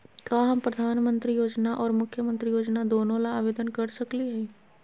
का हम प्रधानमंत्री योजना और मुख्यमंत्री योजना दोनों ला आवेदन कर सकली हई?